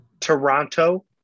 Toronto